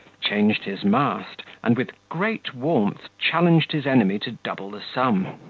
changed his mast, and with great warmth, challenged his enemy to double the sum.